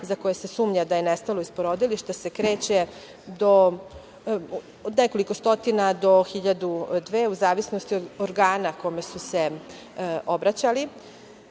za koje su sumnja da je nestalo iz porodilišta se kreće od nekoliko stotina do hiljadu, dve u zavisnosti od organa kome su se obraćali. Da